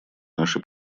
наши